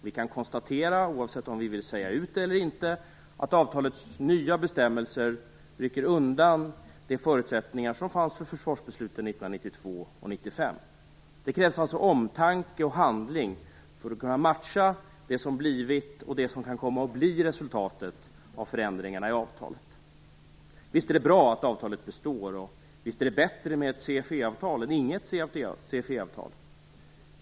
Vi kan konstatera - oavsett om vi vill säga ut det eller inte - att avtalets nya bestämmelser rycker undan de förutsättningar som finns för försvarsbesluten 1992 och 1995. Det krävs alltså omtanke och handling för att man skall kunna matcha det som blivit och det som kan komma att bli resultatet av förändringarna i avtalet. Visst är det bra att avtalet består, och visst är ett CFE-avtal bättre än inget CFE-avtal.